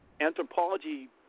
anthropology